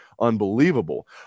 Unbelievable